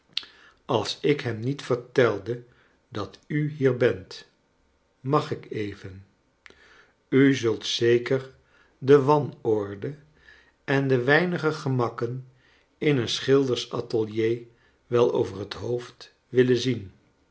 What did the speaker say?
als ik hem niet vertelde dat u hier bent mag ik even u zult zeker de wanorde en de weinige gemakken in een schilders atelier wel over het hoofd willen zien